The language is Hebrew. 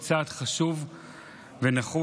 היא צעד חשוב ונחוץ,